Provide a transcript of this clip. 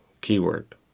Keyword